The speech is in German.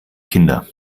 kinder